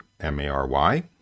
M-A-R-Y